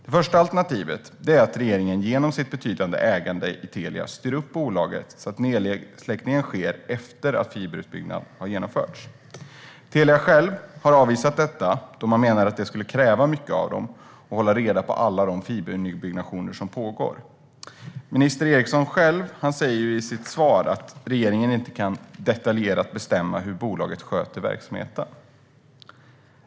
Det första alternativet är att regeringen genom sitt betydande ägande i Telia styr upp bolaget så att nedsläckningen sker efter att fiberutbyggnad har genomförts. Telia självt har avvisat detta och menar att det skulle kräva mycket av dem att hålla reda på alla de fibernybyggnationer som pågår. Minister Eriksson säger själv i sitt svar att regeringen inte detaljerat kan bestämma hur bolaget sköter verksamheten.